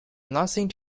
nothing